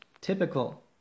typical